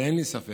ואין לי ספק